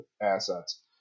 assets